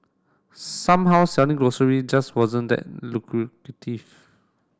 somehow selling grocery just wasn't that